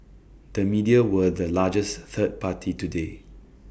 the media were the largest third party today